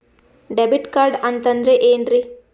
Debit card ಅಂತಂದ್ರೆ ಏನ್ರೀ?